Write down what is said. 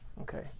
Okay